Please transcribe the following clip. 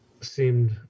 seemed